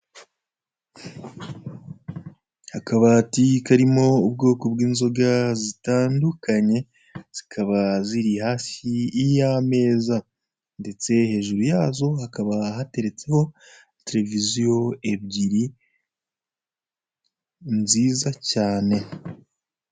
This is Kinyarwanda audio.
Akabati karimo ubwoko bw'inzoga zitandukanye zikaba ziri hafi y'ameza, Ndetse hejuru yaho hakaba hateretseho televiziyo ebyiri nziza cyane.